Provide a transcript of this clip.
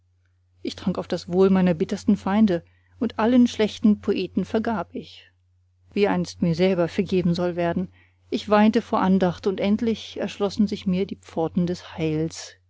ich trank auf das wohl meiner bittersten feinde und allen schlechten poeten vergab ich wie einst mir selber vergeben soll werden ich weinte vor andacht und endlich erschlossen sich mir die pforten des heils